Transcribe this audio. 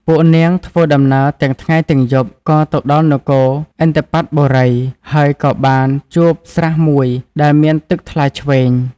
ពួកនាងធ្វើដំណើរទាំងថ្ងៃទំាងយប់ក៏ទៅដល់នគរឥន្ទបត្តបុរី ហើយក៏បានជួបស្រះមួយដែលមានទឹកថ្លាឈ្វេង។